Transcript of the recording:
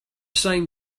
same